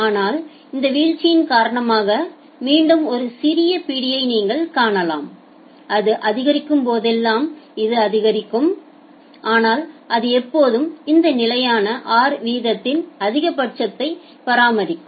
ஆனால் இந்த வீழ்ச்சியின் காரணமாக மீண்டும் ஒரு சிறிய பிடியை நீங்கள் காணலாம் அது அதிகரிக்கும் போதெல்லாம் இது அதிகரிக்கும் ஆனால் அது எப்போதும் இந்த நிலையான r வீதத்தின் அதிகபட்சத்தை பராமரிக்கும்